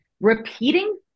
repeating